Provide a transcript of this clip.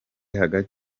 hagati